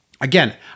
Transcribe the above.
Again